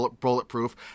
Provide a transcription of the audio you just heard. bulletproof